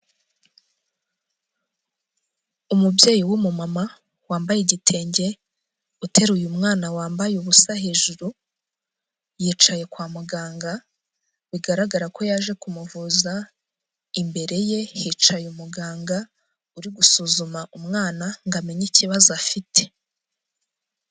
Umubyeyi w'umumama, wambaye igitenge, uteruye mwana wambaye ubusa hejuru, yicaye kwa muganga, bigaragara ko yaje kumuvuza, imbere ye hicaye umuganga uri gusuzuma umwana, ngo amenye ikibazo afite.